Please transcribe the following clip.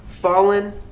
fallen